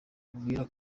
mubwira